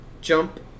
jump